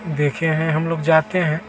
देखे हैं हम लोग जाते हैं